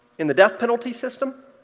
in the death penalty system